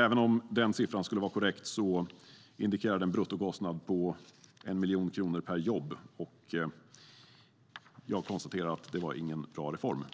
Även om den siffran skulle vara korrekt indikerar den en bruttokostnad på en miljon kronor per jobb. Jag konstaterar att det inte var någon bra reform.